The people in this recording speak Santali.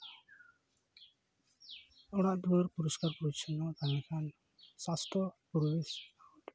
ᱚᱲᱟᱜ ᱫᱩᱣᱟᱹᱨ ᱯᱚᱨᱤᱥᱠᱟᱨ ᱯᱚᱨᱤᱪᱷᱚᱱᱱᱚ ᱛᱟᱦᱮᱸᱞᱮᱱᱠᱷᱟᱱ ᱥᱟᱥᱛᱷᱚ ᱯᱚᱨᱤᱵᱮᱥ